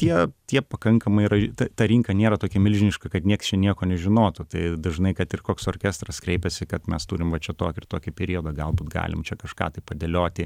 tie tie pakankamai yra ta ta rinka nėra tokia milžiniška kad nieks čia nieko nežinotų tai dažnai kad ir koks orkestras kreipiasi kad mes turim va čia tokį ir tokį periodą galbūt galim čia kažką tai padėlioti